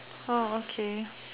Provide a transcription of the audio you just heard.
oh okay